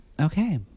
Okay